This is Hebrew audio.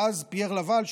ואז פייר לאוואל,